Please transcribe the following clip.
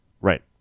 right